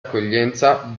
accoglienza